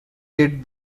did